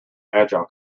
agile